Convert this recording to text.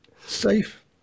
safe